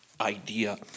idea